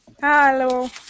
hello